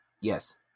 Yes